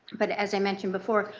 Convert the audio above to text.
but as i mentioned before,